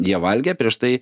jie valgė prieš tai